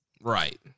right